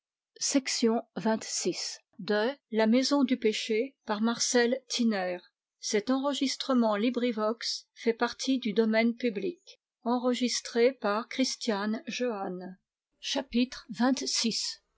à la maison du